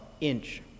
inch